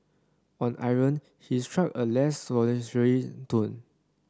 on Iran his struck a less conciliatory tone